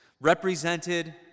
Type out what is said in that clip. Represented